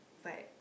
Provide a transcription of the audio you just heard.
but